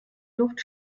luft